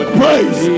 praise